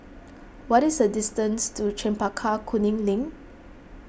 what is the distance to Chempaka Kuning Link